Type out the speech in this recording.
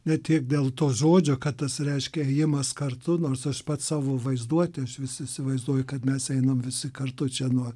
ne tiek dėl to žodžio kad tas reiškia ėjimas kartu nors aš pats savo vaizduotėj aš vis įsivaizduoju kad mes einam visi kartu čia nuo